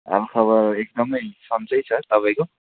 हालखबर एकदमै सन्चै छ तपाईँको